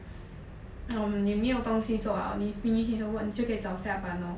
um 你没有东西做 liao 你 finish 的 work 你就可以早下班 lor